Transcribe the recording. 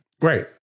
Right